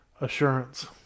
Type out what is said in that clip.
assurance